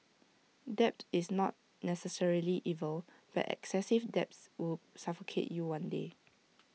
debt is not necessarily evil but excessive debts will suffocate you one day